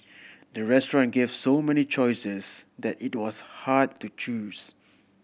the restaurant gave so many choices that it was hard to choose